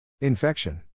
Infection